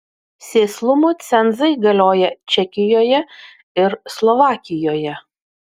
sėslumo cenzai galioja čekijoje ir slovakijoje